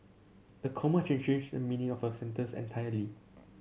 the comma change a meaning of a sentence entirely